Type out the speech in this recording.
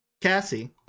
cassie